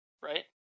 right